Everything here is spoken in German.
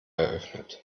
eröffnet